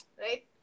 right